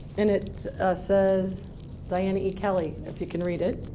and it says diana e. kelly, if you can read it.